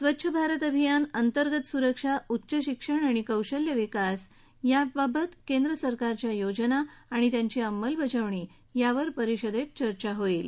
स्वच्छ भारत अभियान अंतर्गत सुरक्षा उच्च शिक्षण आणि कौशल्य विकास याबाबत केंद्रसरकारच्या योजना आणि त्यांची अंमलबजावणी यावर परिषदत्तीचर्चा होईल